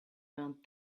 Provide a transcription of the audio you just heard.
learned